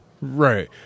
Right